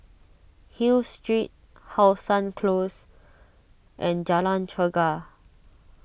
Hill Street How Sun Close and Jalan Chegar